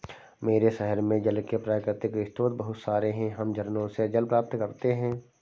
मेरे शहर में जल के प्राकृतिक स्रोत बहुत सारे हैं हम झरनों से जल प्राप्त करते हैं